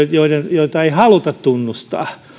joita ei haluta tunnustaa